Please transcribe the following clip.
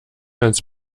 ans